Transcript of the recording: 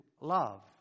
love